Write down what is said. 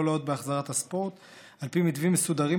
לאות בהחזרת הספורט על פי מתווים מסודרים,